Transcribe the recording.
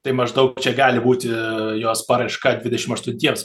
tai maždaug čia gali būti jos paraiška dvidešim aštuntiems